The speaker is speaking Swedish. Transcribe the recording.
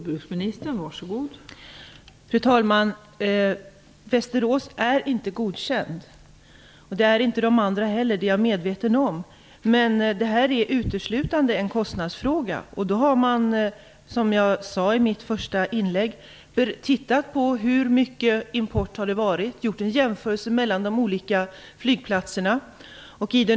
Fru talman! Västerås är inte någon godkänd gränskontrollstation. De andra platserna är inte heller godkända; det är jag medveten om. Detta är uteslutande en kostnadsfråga. Som jag sade i mitt första inlägg har man tittat på hur mycket import det har varit. Man har gjort en jämförelse mellan de olika flygplatserna.